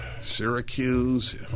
Syracuse